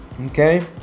okay